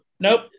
Nope